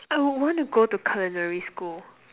I would want to go to culinary school